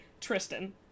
Tristan